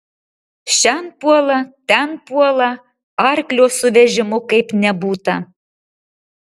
šen puola ten puola arklio su vežimu kaip nebūta